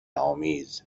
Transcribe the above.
آمیز